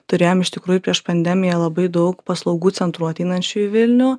turėjom iš tikrųjų prieš pandemiją labai daug paslaugų centrų ateinančių į vilnių